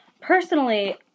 Personally